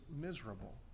miserable